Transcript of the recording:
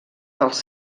dels